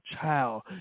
child